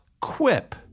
Quip